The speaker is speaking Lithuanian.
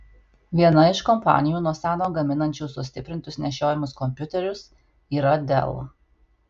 viena iš kompanijų nuo seno gaminančių sustiprintus nešiojamus kompiuterius yra dell